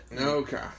Okay